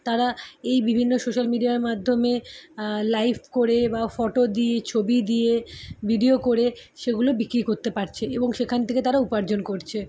তারা এই বিভিন্ন সোশ্যাল মিডিয়ার মাধ্যমে লাইভ করে বা ফটো দিয়ে ছবি দিয়ে ভিডিও করে সেগুলো বিক্রি করতে পারছে এবং সেখান থেকে তারা উপার্জন করছে